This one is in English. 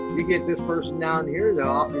we get this person down here that